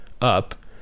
up